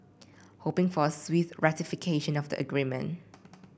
hoping for a swift ratification of the agreement